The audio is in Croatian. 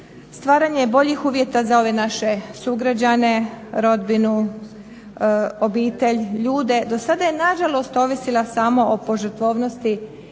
stvaranje boljih uvjeta za ove naše sugrađane, rodbinu, obitelj, ljude. Do sada je na žalost ovisila samo o požrtvovnosti